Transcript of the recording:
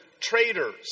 traitors